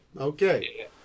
Okay